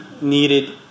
needed